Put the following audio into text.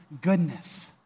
goodness